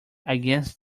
against